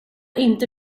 inte